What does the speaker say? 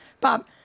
bob